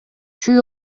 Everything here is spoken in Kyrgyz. чүй